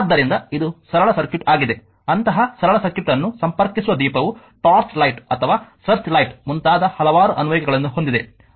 ಆದ್ದರಿಂದ ಇದು ಸರಳ ಸರ್ಕ್ಯೂಟ್ ಆಗಿದೆ ಅಂತಹ ಸರಳ ಸರ್ಕ್ಯೂಟ್ ಅನ್ನು ಸಂಪರ್ಕಿಸುವ ದೀಪವು ಟಾರ್ಚ್ ಲೈಟ್ ಅಥವಾ ಸರ್ಚ್ ಲೈಟ್ ಮುಂತಾದ ಹಲವಾರು ಅನ್ವಯಿಕೆಗಳನ್ನು ಹೊಂದಿದೆ